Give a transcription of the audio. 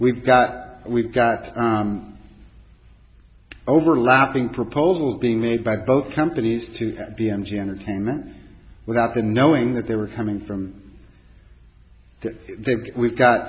we've got we've got overlapping proposals being made by both companies to have b m g entertainment without them knowing that they were coming from that we've got